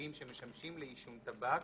והכלים שמשמשים לעישון טבק,